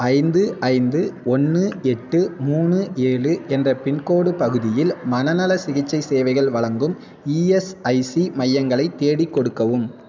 ஐந்து ஐந்து ஒன்று எட்டு மூணு ஏழு என்ற பின்கோடு பகுதியில் மனநலச் சிகிச்சை சேவைகள் வழங்கும் இஎஸ்ஐசி மையங்களை தேடிக்கொடுக்கவும்